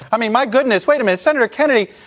i mean, my goodness. wait a minute, senator kennedy,